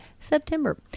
september